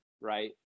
right